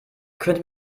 könnte